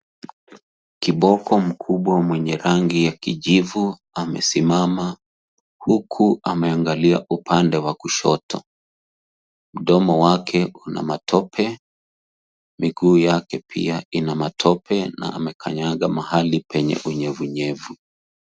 Kiboko mkubwa mwenye rangi ya kijivu amesimama, huku ameangalia upande wa kushoto. Mdomo wake una matope, miguu yake pia ina matope, na amekanyanga mahali penye unyevunyevu.